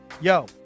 yo